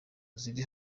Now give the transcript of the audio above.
ziri